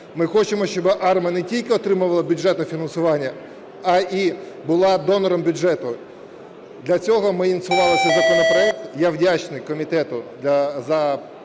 Ми хочемо, щоб АРМА не тільки отримувала бюджетне фінансування, а і була донором бюджету. Для цього ми ініціювали цей законопроект. Я вдячний комітету за